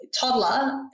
toddler